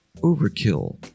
Overkill